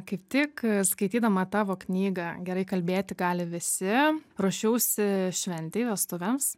kaip tik skaitydama tavo knygą gerai kalbėti gali visi ruošiausi šventei vestuvėms